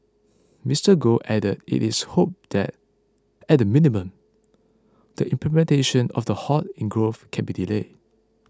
Mister Goh added it is hoped that at the minimum the implementation of the halt in growth can be delayed